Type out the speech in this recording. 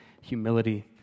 humility